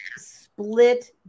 split